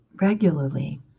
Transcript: regularly